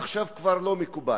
עכשיו כבר לא מקובל,